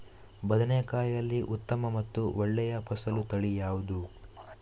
ಬದನೆಕಾಯಿಯಲ್ಲಿ ಉತ್ತಮ ಮತ್ತು ಒಳ್ಳೆಯ ಫಸಲು ತಳಿ ಯಾವ್ದು?